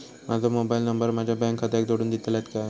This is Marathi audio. माजो मोबाईल नंबर माझ्या बँक खात्याक जोडून दितल्यात काय?